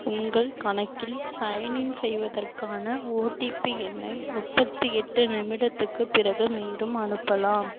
உங்கள் கணக்கில் சைன்இன் செய்வதற்கான ஓடிபி எண்ணை முப்பத்தி எட்டு நிமிடத்துக்குப் பிறகு மீண்டும் அனுப்பலாம்